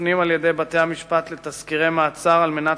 מופנים על-ידי בתי-המשפט לתסקירי מעצר על מנת